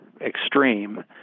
extreme